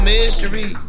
mystery